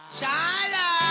Shala